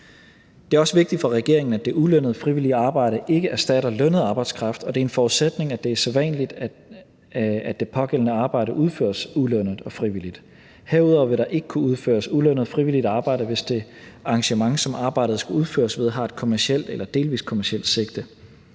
Det er også vigtigt for regeringen, at det ulønnede frivillige arbejde ikke erstatter lønnet arbejdskraft, og det er en forudsætning, at det er sædvanligt, at det pågældende arbejde udføres ulønnet og frivilligt. Herudover vil der ikke kunne udføres ulønnet frivilligt arbejde, hvis det arrangement, som arbejdet skal udføres ved, har et kommercielt eller delvis kommercielt sigte.